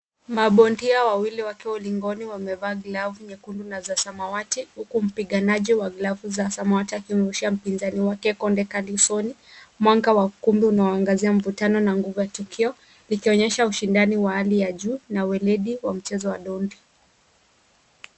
Mabontia wawili wakiwa ulingoni wamevaa glavu nyekundu na za samawati huku mpiganaji wa glavu za samawati akimrushia mpinzani wake konde kali usoni. Mwanga wa ukumbu unaoangazia mvutano na nguvu ya tukio, likionyesha ushindani wa hali ya juu na uweledi wa mchezo wa ndondi.